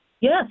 Yes